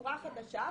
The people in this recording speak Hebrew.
לתצורה חדשה.